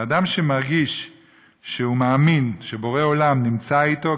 אדם שמרגיש שהוא מאמין שבורא עולם נמצא אתו,